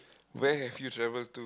where have you travel to